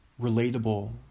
relatable